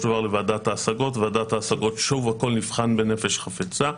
דבר לוועדת ההשגות ובוועדת ההשגות שוב הכול נבחן בנפש חפצה.